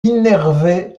innervé